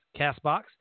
CastBox